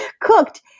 cooked